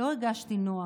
לא הרגשתי נוח,